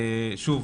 שוב,